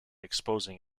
exposing